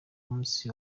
munsi